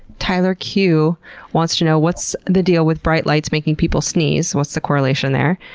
tyler q wants to know what's the deal with bright lights making people sneeze? what's the correlation there?